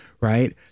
right